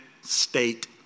state